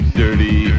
dirty